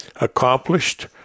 accomplished